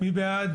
בבקשה.